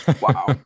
wow